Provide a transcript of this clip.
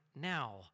now